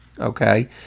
okay